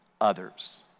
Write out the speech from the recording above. others